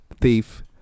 Thief